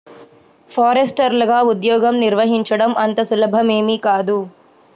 ఫారెస్టర్లగా ఉద్యోగం నిర్వహించడం అంత సులభమేమీ కాదు